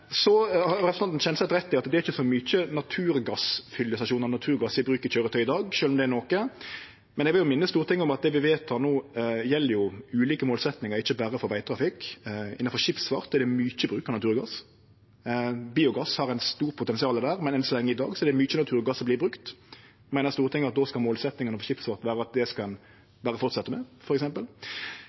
Representanten Kjenseth har rett i at det ikkje er så mange naturgassfyllestasjonar og mykje naturgass i bruk i køyretøy i dag, sjølv om det er noko. Men eg vil minne Stortinget om at det vi vedtek no, gjeld ulike målsetjingar, ikkje berre for vegtrafikk. Innanfor skipsfart er det mykje bruk av naturgass. Biogass har stort potensial der, men enn så lenge er det i dag mykje naturgass som vert brukt. Meiner Stortinget at då skal målsetjinga for skipsfart vere at det skal ein berre fortsetje med,